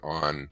on